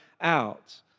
out